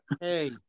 Hey